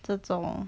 这种 orh